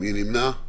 מי נמנע?